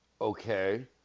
Okay